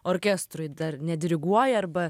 orkestrui dar nediriguoji arba